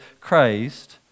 Christ